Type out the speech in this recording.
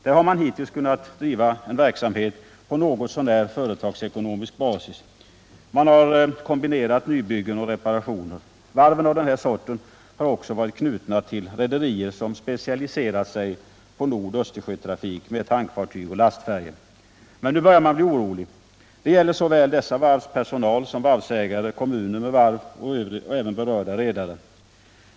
Där har man hittills kunnat driva en verksamhet på något så när företagsekonomisk basis. Man har kombinerat nybyggen och reparationer. Varv av den här sorten har också varit knutna till rederier som har specialiserat sig på Nordsjö och Östersjötrafik med tankfartyg och lastfärjor. Men nu börjar man bli orolig, och det gäller såväl dessa varvs personal som varvsägare, kommuner med varv och berörda redare.